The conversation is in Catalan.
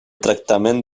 tractament